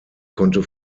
konnte